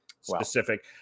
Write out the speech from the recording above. specific –